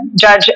Judge